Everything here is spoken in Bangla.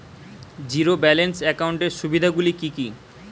জীরো ব্যালান্স একাউন্টের সুবিধা গুলি কি কি?